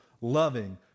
loving